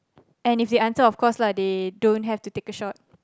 and if they answer of course lah they don't have to take a shot